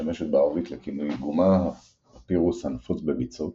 המשמשת בערבית לכינוי גומא הפפירוס הנפוץ בביצות